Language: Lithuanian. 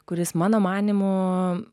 kuris mano manymu